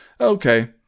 okay